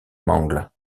mangles